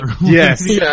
Yes